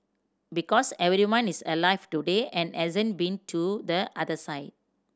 because everyone is alive today and hasn't been to the other side